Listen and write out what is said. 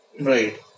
Right